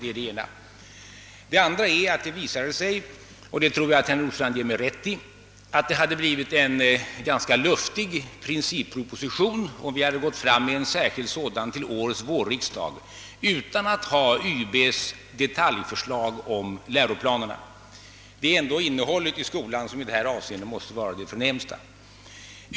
För det andra visade det sig — och det tror jag att herr Nordstrandh ger mig rätt i — att det hade blivit en ganska luftig principproposition, om vi hade framlagt en särskild sådan till vårriksdagen utan att ha YB:s detaljförslag till läroplanerna. Det är ändå innehållet i skolans arbete som i deita avseende måste vara det förnämsta.